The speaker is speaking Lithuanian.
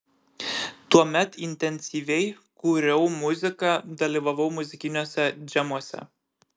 tuomet intensyviai kūriau muziką dalyvavau muzikiniuose džemuose